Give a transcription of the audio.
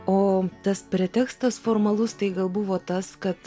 o tas pretekstas formalus tai gal buvo tas kad